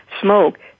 smoke